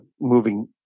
moving